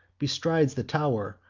bestrides the tow'r,